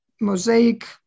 mosaic